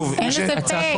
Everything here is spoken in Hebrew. אין לזה פ'.